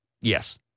Yes